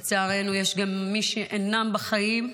לצערנו, יש גם מי שאינם בחיים.